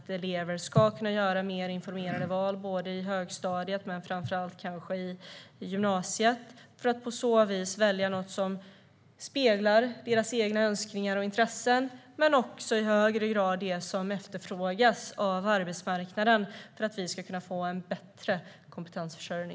Elever ska kunna göra mer informerade val på högstadiet, och framför allt på gymnasiet, och välja något som speglar deras egna önskningar och intressen. Men det ska i högre grad också ge en bättre kompetensförsörjning, vilket efterfrågas av arbetsmarknaden.